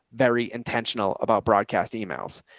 very intentional about broadcast emails.